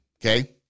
okay